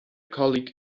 colleague